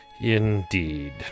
Indeed